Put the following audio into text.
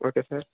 okay sir